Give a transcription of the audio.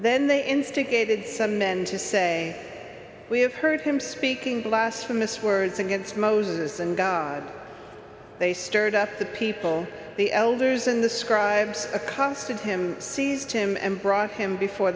then they instigated some men to say we have heard him speaking blasphemous words against moses and they stirred up the people the elders and the scribes accosted him seized him and brought him before